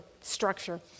structure